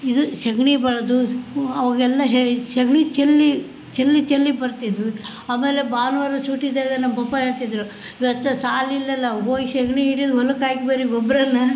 ಇದು ಸಗ್ಣಿ ಬಳಿದು ಅವಾಗೆಲ್ಲ ಹೇಳಿ ಸಗ್ಣಿ ಚೆಲ್ಲಿ ಚೆಲ್ಲಿ ಚೆಲ್ಲಿ ಬರ್ತಿದ್ವು ಆಮೇಲೆ ಭಾನುವಾರ ಸೂಟಿ ಇದ್ದಾಗ ನಮ್ಮ ಪಪ್ಪ ಹೇಳ್ತಿದ್ರು ಇವತ್ತು ಶಾಲಿ ಇಲ್ಲಲ್ಲ ಹೋಗಿ ಸಗ್ಣಿ ಹಿಡಿದು ಹೊಲಕ್ಕೆ ಹಾಕೆ ಬರ್ರಿ ಗೊಬ್ಬರನ್ನ